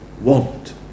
want